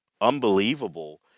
unbelievable